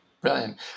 Brilliant